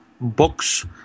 books